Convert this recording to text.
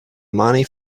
money